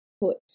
put